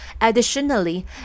Additionally